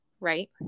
right